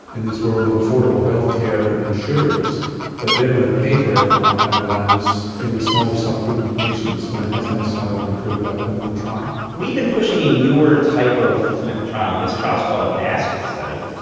in this world of affordable healthcare and insurers that they are going to pay for ah everolimus in a small subgroup of patients when it hasn't necessarily been approved by a clinical trial. we've been pushing a newer type of clinical trial, and this trial is called a basket study,